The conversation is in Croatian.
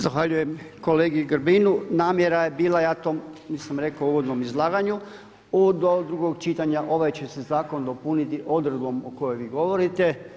Zahvaljujem kolegi Grbinu, namjera je bila, ja to nisam rekao u uvodnom izlaganju, do drugog čitanja ovaj će se nakon dopuniti odredbom o kojoj vi govorite.